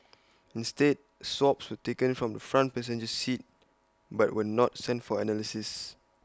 instead swabs were taken from the front passenger seat but were not sent for analysis